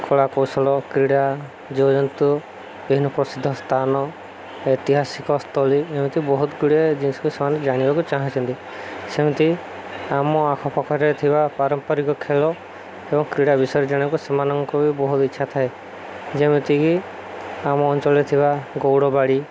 କଳା କୌଶଳ କ୍ରୀଡ଼ା ଜୀବଜନ୍ତୁ ବିଭିନ୍ନ ପ୍ରସିଦ୍ଧ ସ୍ଥାନ ଐତିହାସିକ ସ୍ଥଳୀ ଏମିତି ବହୁତ ଗୁଡ଼ିଏ ଜିନିଷକୁ ସେମାନେ ଜାଣିବାକୁ ଚାହୁଁଛନ୍ତି ସେମିତି ଆମ ଆଖ ପାଖରେ ଥିବା ପାରମ୍ପରିକ ଖେଳ ଏବଂ କ୍ରୀଡ଼ା ବିଷୟରେ ଜାଣିବାକୁ ସେମାନଙ୍କ ବି ବହୁତ ଇଚ୍ଛା ଥାଏ ଯେମିତିକି ଆମ ଅଞ୍ଚଳରେ ଥିବା ଗଉଡ଼ବାଡ଼ି